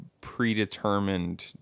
predetermined